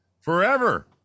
forever